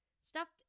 stuffed